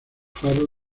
faro